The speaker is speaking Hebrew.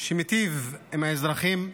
שמיטיב עם האזרחים,